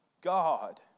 God